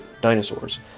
dinosaurs